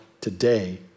today